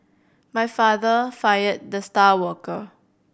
my father fired the star worker